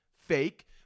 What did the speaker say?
Fake